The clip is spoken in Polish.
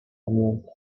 pamiętać